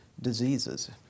diseases